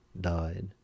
died